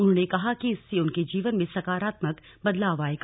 उन्होंने कहा कि इससे उनके जीवन में सकारात्मक बदलाव आएगा